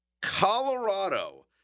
Colorado